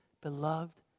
beloved